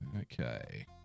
Okay